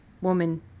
woman